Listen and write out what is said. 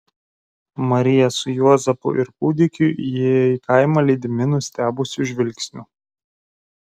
marija su juozapu ir kūdikiu įėjo į kaimą lydimi nustebusių žvilgsnių